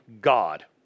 God